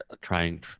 trying